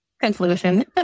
Conclusion